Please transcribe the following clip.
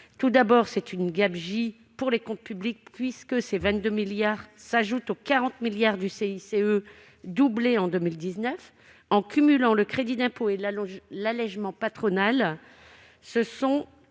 Il s'agit d'une gabegie pour les comptes publics : ces 22 milliards s'ajoutent aux 40 milliards du CICE, doublés en 2019. En cumulant le crédit d'impôt et l'allégement patronal, ce sont